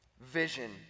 vision